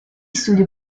studio